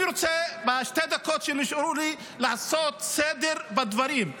בשתי הדקות שנשארו לי אני רוצה לעשות סדר בדברים.